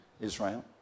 Israel